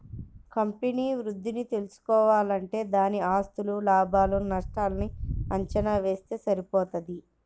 company వృద్ధిని తెల్సుకోవాలంటే దాని ఆస్తులు, లాభాలు నష్టాల్ని అంచనా వేస్తె సరిపోతది